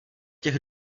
těch